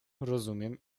rozumiem